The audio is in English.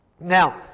Now